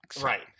Right